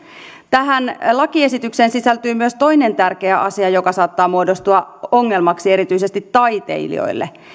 tähän lakiesitykseen sisältyy myös toinen tärkeä asia joka saattaa muodostua ongelmaksi erityisesti taiteilijoille